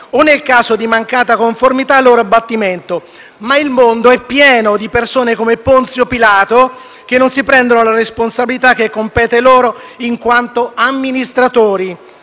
o, nel caso di mancata conformità, al loro abbattimento. Il mondo, però, è pieno di persone come Ponzio Pilato, che non si prendono le responsabilità che compete loro in quanto amministratori.